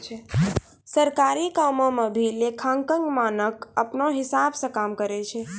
सरकारी कामो म भी लेखांकन मानक अपनौ हिसाब स काम करय छै